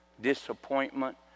disappointment